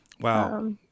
Wow